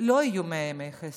לא יהיו 100 ימי חסד.